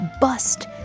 bust